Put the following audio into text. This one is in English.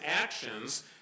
actions